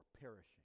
perishing